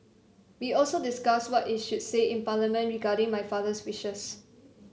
we also discussed what is should say in Parliament regarding my father's wishes